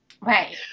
right